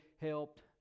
helped